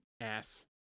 ass